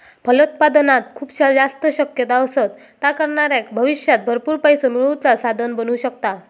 फलोत्पादनात खूप जास्त शक्यता असत, ता करणाऱ्याक भविष्यात भरपूर पैसो मिळवुचा साधन बनू शकता